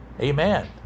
Amen